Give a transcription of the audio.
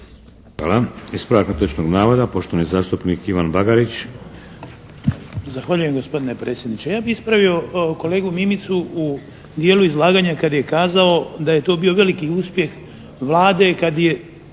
Hvala. Ispravak netočnog navoda, poštovani zastupnik Ivan Bagarić. **Bagarić, Ivan (HDZ)** Zahvaljujem gospodine predsjedniče. Ja bi ispravio kolegu Mimicu u dijelu izlaganja kad je kazao da je to bio veliki uspjeh Vlade, kad je